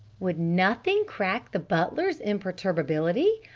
would nothing crack the butler's imperturbability.